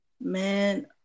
Man